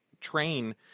train